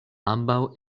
ambaŭ